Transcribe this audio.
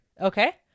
Okay